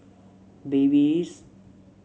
Babyliss